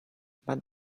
but